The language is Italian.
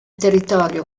territorio